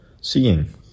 seeing